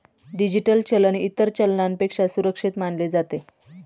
digital चलन इतर चलनापेक्षा सुरक्षित मानले जाते